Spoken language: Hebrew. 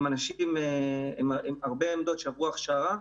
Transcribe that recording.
יש שם הרבה אנשים שעברו הכשרה,